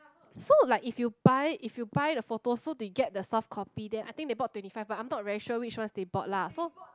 so like if you buy if you buy the photos so they get the soft copy then I think they bought twenty five but I'm not really sure which one they bought lah